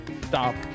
Stop